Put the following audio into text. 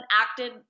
acted